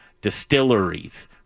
distilleries